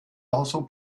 also